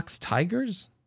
Tigers